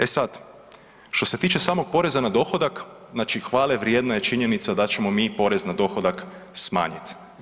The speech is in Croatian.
E sad, što se tiče samog poreza na dohodak, znači hvale vrijedna je činjenica da ćemo mi porez na dohodak smanjiti.